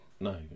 No